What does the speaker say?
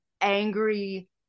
angry